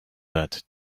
that